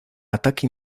ataque